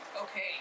Okay